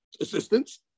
assistance